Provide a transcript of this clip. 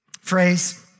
Phrase